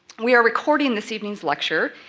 we are recording this evening's lecture,